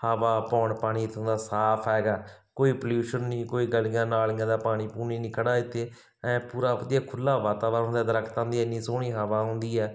ਹਵਾ ਪੌਣ ਪਾਣੀ ਇੱਥੋਂ ਦਾ ਸਾਫ ਹੈਗਾ ਕੋਈ ਪਲਿਊਸ਼ਨ ਨਹੀਂ ਕੋਈ ਗਲੀਆਂ ਨਾਲੀਆਂ ਦਾ ਪਾਣੀ ਪੂਣੀ ਨਹੀਂ ਖੜਾ ਇੱਥੇ ਐਂ ਪੂਰਾ ਵਧੀਆ ਖੁੱਲਾਂ ਵਾਤਾਵਰਨ ਹੁੰਦਾ ਦਰੱਖਤਾਂ ਦੀ ਇੰਨੀ ਸੋਹਣੀ ਹਵਾ ਹੁੰਦੀ ਹੈ